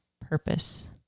purpose